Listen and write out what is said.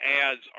ads